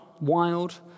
wild